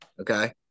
okay